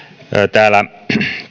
täällä